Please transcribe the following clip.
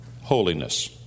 holiness